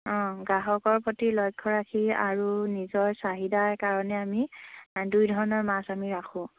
অঁ গ্ৰাহকৰ প্ৰতি লক্ষ্য ৰাখি আৰু নিজৰ চাহিদাৰ কাৰণে আমি দুই ধৰণৰ মাছ আমি ৰাখোঁ